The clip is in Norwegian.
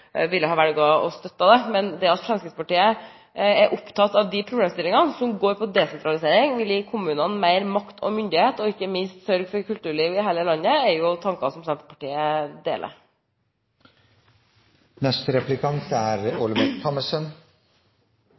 å støtte det. Men det at Fremskrittspartiet er opptatt av de problemstillingene som går på desentralisering, og som vil gi kommunene mer makt og myndighet og ikke minst sørge for et kulturliv i hele landet, er jo tanker Senterpartiet deler.